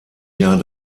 jahr